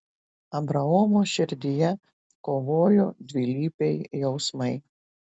abraomo širdyje kovojo dvilypiai jausmai